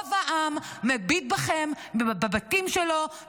רוב העם מביט בכם בבתים שלו,